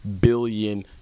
billion